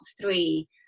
three